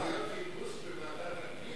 סמכויות חיפוש בוועדת הפנים?